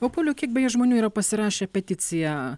o pauliau kiek beje žmonių yra pasirašę peticiją